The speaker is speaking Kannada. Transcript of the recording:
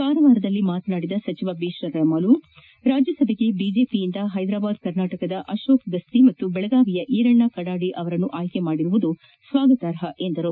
ಕಾರವಾರದಲ್ಲಿ ಮಾತನಾಡಿದ ಸಚಿವ ಬಿತ್ರೀರಾಮುಲು ರಾಜ್ಯಸಭೆಗೆ ಬಿಜೆಪಿಯಿಂದ ಹೈದರಾಬಾದ್ ಕರ್ನಾಟಕದ ಅಶೋಕ ಗುತ್ತ ಹಾಗೂ ದೆಳಗಾವಿಯ ಈರಣ್ನ ಕಡಾಡಿಯವರನ್ನು ಆಯ್ಲೆ ಮಾಡಿರುವುದು ಸ್ನಾಗತಾರ್ಪ ಎಂದರು